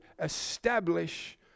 establish